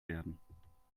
werden